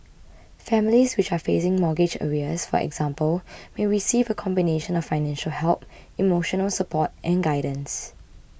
families which are facing mortgage arrears for example may receive a combination of financial help emotional support and guidance